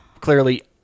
clearly